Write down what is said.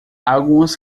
algumas